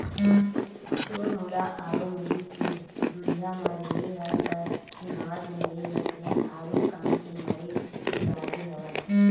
तोर मोला आरो मिलिस फेर दुरिहा म रेहे हस त चिन्हावत नइ रेहे हस रे आरुग काम के मारे दुबरागे हवस